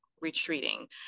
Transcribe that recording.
retreating